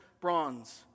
bronze